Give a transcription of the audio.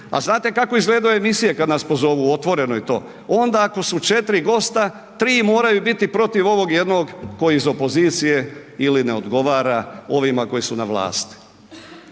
A znate kako izgledaju emisije kad nas pozovu u Otvoreno i to, onda ako su 4 gosta, 3 moraju biti protiv ovog 1 koji iz opozicije ili ne odgovara ovima koji su na vlast.